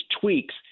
tweaks